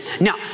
Now